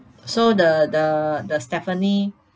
so the the the stephanie